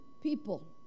people